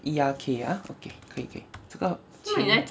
E R K ah okay 可以可以这个前面